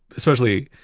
especially,